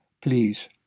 Please